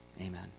Amen